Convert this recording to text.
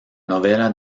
novela